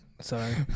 Sorry